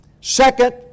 Second